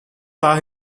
saw